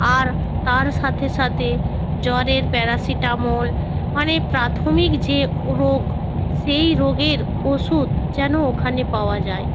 আর তার সাথে সাথে জ্বরের প্যারাসিটামল মানে প্রাথমিক যে রোগ সেই রোগের ওষুধ যেন ওখানে পাওয়া যায়